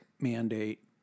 mandate